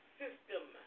system